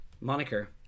moniker